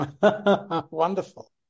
Wonderful